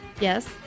Yes